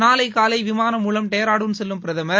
நாளை காலை விமானம் மூலம் டேராடுன் செல்லும் பிரதமர்